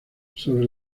sobre